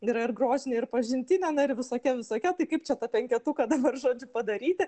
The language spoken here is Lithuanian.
yra ir grožinė ir pažintinė ir visokia visokia tai kaip čia tą penketuką dabar žodžiu padaryti